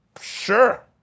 Sure